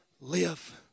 live